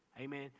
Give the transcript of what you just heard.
Amen